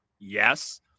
Yes